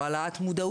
או על העלאת המודעות,